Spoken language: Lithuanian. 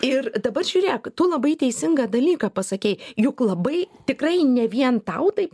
ir dabar žiūrėk tu labai teisingą dalyką pasakei juk labai tikrai ne vien tau taip